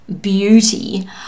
beauty